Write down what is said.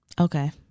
Okay